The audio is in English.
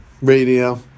Radio